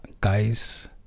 guys